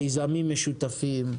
מיזמים משותפים,